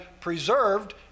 preserved